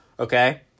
Okay